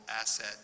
asset